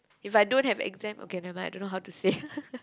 if I don't have exam okay never mind I don't know how to say